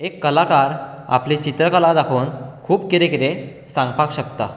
एक कलाकार आपली चित्रकला दाखोवन खूब कितें कितें सांगपाक शकता